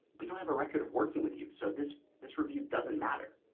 we don't have a record of working with you, so this, this review doesn't matter.